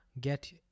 get